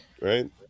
right